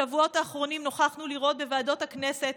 בשבועות האחרונים נוכחנו לראות בוועדות הכנסת